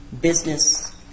business